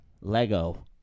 Lego